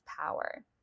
power